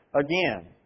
Again